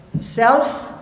self